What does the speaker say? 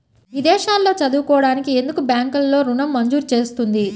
విదేశాల్లో చదువుకోవడానికి ఎందుకు బ్యాంక్లలో ఋణం మంజూరు చేస్తుంది?